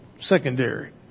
secondary